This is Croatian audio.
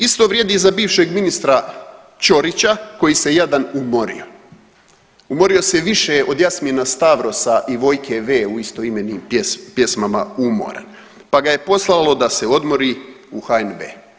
Isto vrijedi i za bivšeg ministra Ćorića koji se jadan umorio, umorio se više od Jasmina Stavrosa i Vojka V u istoimenim pjesmama „Umoran“, pa ga je poslalo da se odmori u HNB.